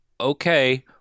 okay